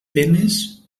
penes